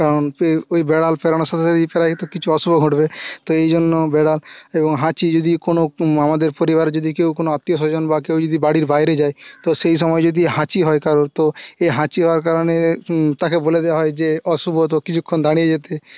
কারণ এই বেড়াল পেরানোর সাথে সাথে কিছু অশুভ ঘটবে তো এই জন্য বেড়াল এবং হাঁচি যদি কোনো আমাদের পরিবারে যদি কেউ কোনো আত্মীয় স্বজন বা কেউ যদি বাড়ির বাইরে যায় তো সেই সময় যদি হাঁচি হয় কারোর তো এই হাঁচি হওয়ার কারণে তাকে বলে দেওয়া হয় যে অশুভ তো কিছুক্ষণ দাঁড়িয়ে যেতে